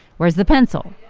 where's the pencil?